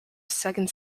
second